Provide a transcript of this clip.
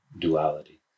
duality